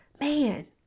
man